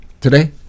today